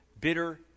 bitter